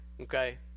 okay